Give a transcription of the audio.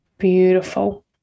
beautiful